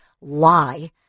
lie